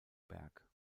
berg